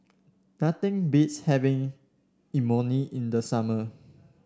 nothing beats having Imoni in the summer